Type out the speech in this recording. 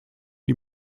die